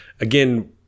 again